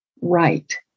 right